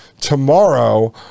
tomorrow